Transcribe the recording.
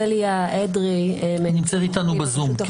אודליה אדרי נמצאת איתנו בזום.